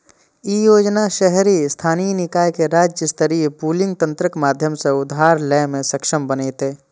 ई योजना शहरी स्थानीय निकाय कें राज्य स्तरीय पूलिंग तंत्रक माध्यम सं उधार लै मे सक्षम बनेतै